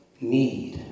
need